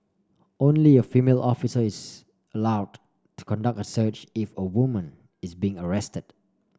only a female officer is allowed to conduct a search if a woman is being arrested